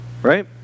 Right